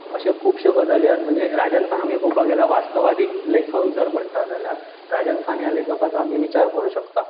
अश्यो खूबश्यो गजाली आहात म्हणजे राजन खान आमी पळोवपा गेल्यार वास्तवादी लेखक जर म्हणटा जाल्यार राजन खान ह्या लेखकाचो आमी विचार करूं शकता